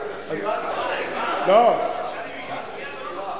די, זה בספירה כבר.